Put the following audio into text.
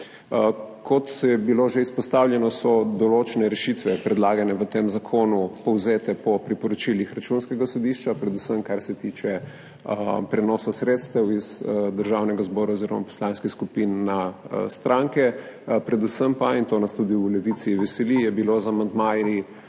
Kot je bilo že izpostavljeno, so določene rešitve predlagane v tem zakonu povzete po priporočilih Računskega sodišča, predvsem kar se tiče prenosa sredstev iz Državnega zbora oziroma poslanskih skupin na stranke, predvsem pa, in to nas tudi v Levici veseli, so bili z amandmaji